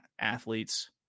athletes